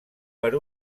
per